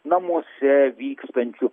namuose vykstančių